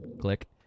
Click